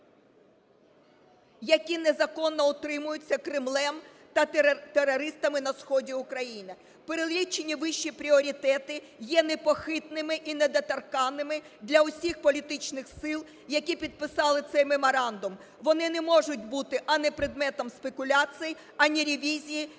"…які незаконно утримуються Кремлем та терористами на сході України. Перелічені вище пріоритети є непохитними і недоторканними для усіх політичних сил, які підписали цей меморандум. Вони не можуть бути ані предметом спекуляції, ані ревізією